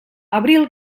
abril